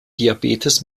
diabetes